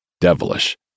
devilish